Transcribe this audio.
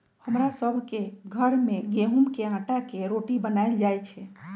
हमरा सभ के घर में गेहूम के अटा के रोटि बनाएल जाय छै